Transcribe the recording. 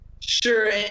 sure